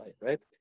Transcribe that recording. right